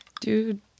Dude